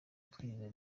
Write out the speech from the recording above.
twigeze